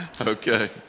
Okay